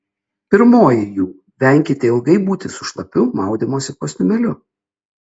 pirmoji jų venkite ilgai būti su šlapiu maudymosi kostiumėliu